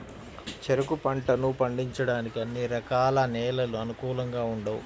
చెరుకు పంటను పండించడానికి అన్ని రకాల నేలలు అనుకూలంగా ఉండవు